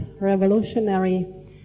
revolutionary